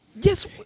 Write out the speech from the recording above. yes